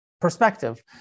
perspective